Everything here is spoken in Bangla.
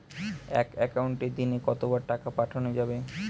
এক একাউন্টে দিনে কতবার টাকা পাঠানো যাবে?